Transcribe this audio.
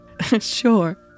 Sure